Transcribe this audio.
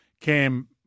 Cam